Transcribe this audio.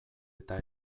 eta